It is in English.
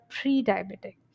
pre-diabetic